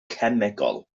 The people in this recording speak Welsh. cemegol